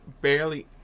barely